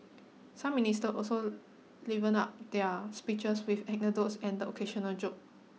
some minister also livened up their speeches with anecdotes and the occasional joke